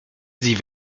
sie